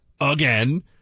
again